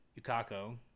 yukako